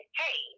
hey